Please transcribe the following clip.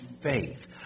faith